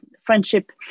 friendship